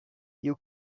you